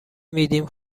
میدیم